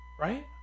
right